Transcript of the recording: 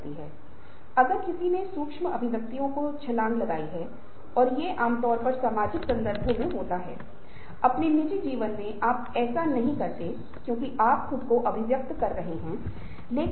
और अगर संगठन अच्छा कर रहा है तो परिवर्तन पहल इतनी आसानी से सफल नहीं हो सकती है क्योंकि यह पहले से ही एक विकास प्रक्षेपवक्र में है